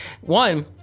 one